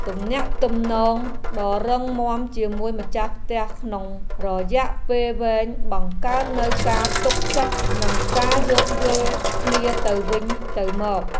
ទំនាក់ទំនងដ៏រឹងមាំជាមួយម្ចាស់ផ្ទះក្នុងរយៈពេលវែងបង្កើតនូវការទុកចិត្តនិងការយោគយល់គ្នាទៅវិញទៅមក។